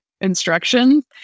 instructions